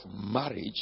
marriage